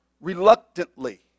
reluctantly